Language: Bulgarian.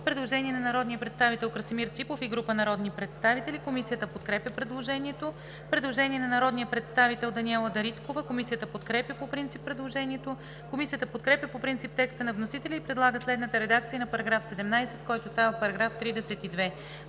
Предложение на народния представител Красимир Ципов и група народни представители. Комисията подкрепя предложението. Предложение на народния представител Даниела Дариткова. Комисията подкрепя по принцип предложението. Комисията подкрепя по принцип текста на вносителя и предлага следната редакция на § 17, който става § 32: „§ 32.